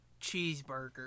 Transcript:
cheeseburger